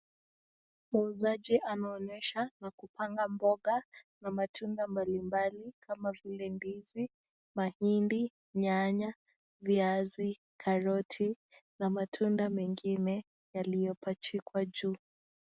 Muuzaji anaonyesha pa kupanga mboga na matunda mbali mbali kama vile ndizi, mahindi, nyanya, viazi, karoti na matunda mengine yaliyo pachikwa juu.